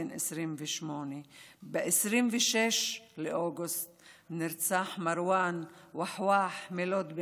בן 28. ב-26 באוגוסט נרצח מרוואן וואחוואח מלוד,